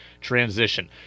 transition